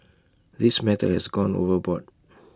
this matter has gone overboard